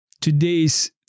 today's